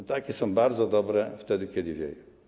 Wiatraki są bardzo dobre wtedy, kiedy wieje.